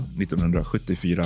1974